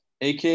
AK